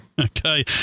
Okay